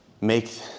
make